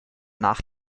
nach